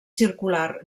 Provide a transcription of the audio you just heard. circular